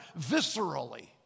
viscerally